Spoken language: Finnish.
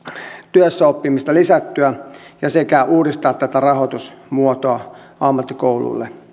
työssäoppimista lisättyä sekä uudistaa tätä rahoitusmuotoa ammattikouluille